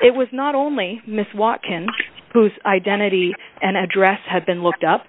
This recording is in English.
it was not only miss watkins whose identity and address had been looked up